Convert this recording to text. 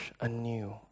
anew